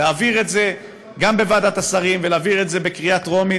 להעביר את זה גם בוועדת השרים ולהעביר את זה בקריאה טרומית.